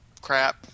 Crap